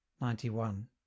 Ninety-one